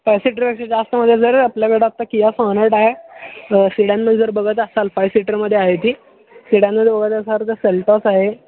five सीटरपेक्षा जास्तमध्ये जर आपल्याकडे आत्ता किया सॉनेट आहे सीडानमध्ये जर बघत असाल फाय सीटरमध्ये आहे ती सीडानमध्ये बघत असाल तर सेल्टॉस आहे